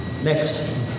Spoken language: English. Next